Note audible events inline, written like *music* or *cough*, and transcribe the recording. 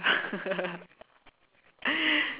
*laughs*